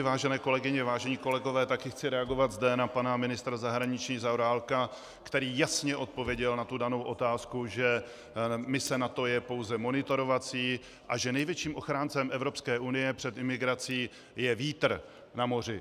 Vážené kolegyně, vážení kolegové, taky chci reagovat zde na pana ministra zahraničí Zaorálka, který jasně odpověděl na tu danou otázku, že mise NATO je pouze monitorovací a že největším ochráncem Evropské unie před imigrací je vítr na moři.